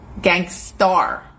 gangstar